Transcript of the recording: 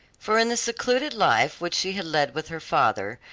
for in the secluded life which she had led with her father,